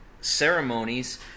ceremonies